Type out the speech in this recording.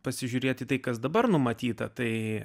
pasižiūrėti tai kas dabar numatyta tai